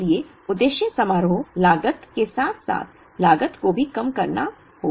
इसलिए उद्देश्य समारोह लागत लागत के साथ साथ लागत को भी कम करना होगा